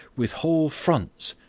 with whole fronts,